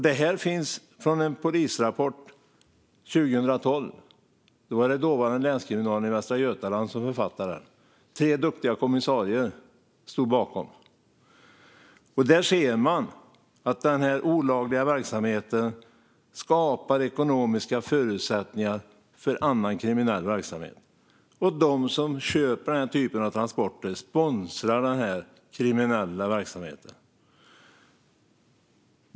Det här finns beskrivet i en polisrapport från 2012. Den författades av dåvarande länskriminalen i Västra Götaland. Tre duktiga kommissarier stod bakom den. I den ser man att den olagliga verksamheten skapar ekonomiska förutsättningar för annan kriminell verksamhet, och de som köper dessa transporter sponsrar den kriminella verksamheten.